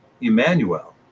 Emmanuel